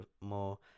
more